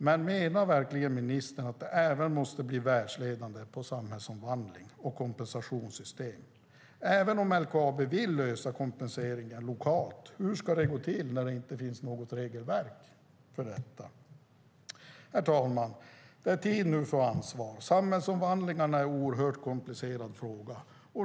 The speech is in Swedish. Menar ministern verkligen att de även måste bli världsledande på samhällsomvandling och kompensationssystem? Även om LKAB vill lösa kompensationen lokalt undrar jag hur det ska då gå till när det inte finns något regelverk för detta. Herr talman! Det är tid nu för ansvar. Samhällsomvandlingen är en oerhört komplicerad fråga.